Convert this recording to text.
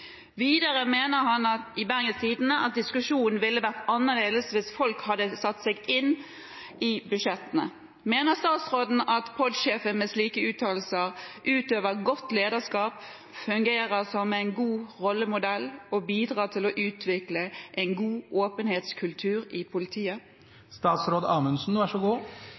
Videre mener han i Bergens Tidende at diskusjonen ville vært annerledes hvis folk hadde tatt seg tid til å sette seg inn i budsjettene. Mener statsråden at POD-sjefen med slike uttalelser utøver godt lederskap, fungerer som en god rollemodell og bidrar til å utvikle en god åpenhetskultur i